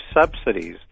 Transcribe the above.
subsidies